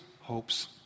hopes